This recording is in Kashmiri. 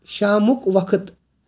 شامَُک وقت